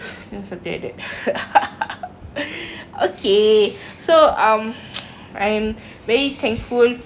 okay so um I'm be thankful for all these years of meeting you